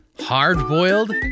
hard-boiled